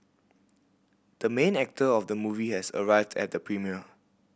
the main actor of the movie has arrived at the premiere